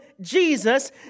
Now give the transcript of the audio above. Jesus